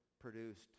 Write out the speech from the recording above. produced